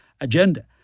agenda